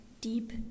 deep